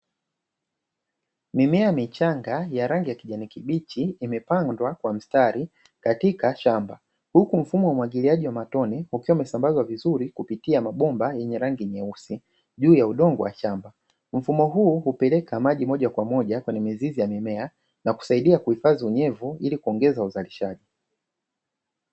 Mimea michanga ya rangi ya kijani kibichi imepangwa kwa mstari katika shamba, huku mfumo wa umwagiliaji wa matone ukiwa umesambazwa vizuri kupitia mabomba yenye rangi nyeusi juu ya udongo wa shamba, mfumo huu hupeleka maji moja kwa moja ni mizizi ya mimea na kusaidia kuhifadhi unyevu ili kuongeza uzalishaji.